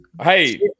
hey